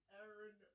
Aaron